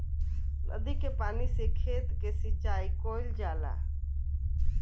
नदी के पानी से खेत के सिंचाई कईल जाला